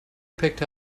picked